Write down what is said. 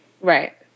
Right